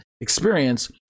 experience